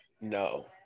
no